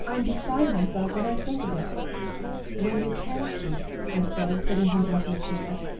i'm beside myself when i think of it when you can speak i said, putting him into a chair,